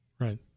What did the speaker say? right